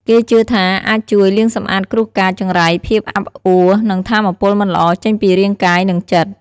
គេជឿថាអាចជួយ លាងសម្អាតគ្រោះកាច ចង្រៃ ភាពអាប់អួ និងថាមពលមិនល្អចេញពីរាងកាយ និងចិត្ត។